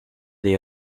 they